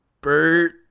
Bert